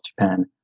Japan